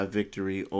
victory